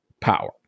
power